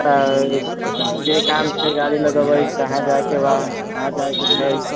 आ कि काम छै गाड़ी लयके एबै कहाँ जायके बा कहाँ जायके छै